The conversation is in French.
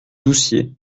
doucier